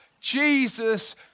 Jesus